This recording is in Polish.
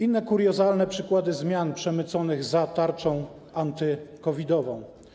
Inne kuriozalne przykłady zmian przemyconych za tarczą antycovidową.